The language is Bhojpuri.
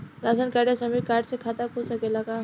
राशन कार्ड या श्रमिक कार्ड से खाता खुल सकेला का?